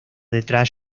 detrás